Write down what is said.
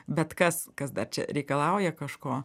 bet kas kas dar čia reikalauja kažko